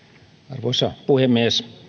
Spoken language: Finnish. arvoisa puhemies